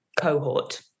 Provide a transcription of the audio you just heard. cohort